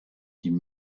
die